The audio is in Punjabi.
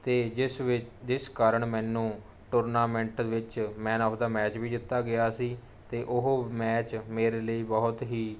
ਅਤੇ ਜਿਸ ਵਿੱ ਜਿਸ ਕਾਰਨ ਮੈਨੂੰ ਟੂਰਨਾਮੈਂਟ ਵਿੱਚ ਮੈਨ ਔਫ ਦਾ ਮੈਚ ਵੀ ਦਿੱਤਾ ਗਿਆ ਸੀ ਅਤੇ ਉਹ ਮੈਚ ਮੇਰੇ ਲਈ ਬਹੁਤ ਹੀ